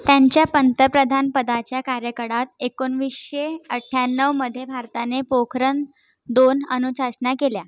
त्यांच्या पंतप्रधानपदाच्या कार्यकाळात एकोणवीसशे अठ्याण्णवमध्ये भारताने पोखरण दोन अणुचाचण्या केल्या